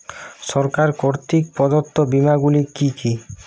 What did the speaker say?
সরকার কর্তৃক প্রদত্ত বিমা গুলি কি কি?